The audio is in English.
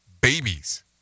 babies